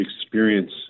experience